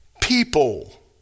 people